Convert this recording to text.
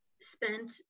spent